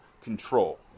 control